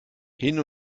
hin